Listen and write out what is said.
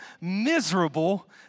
miserable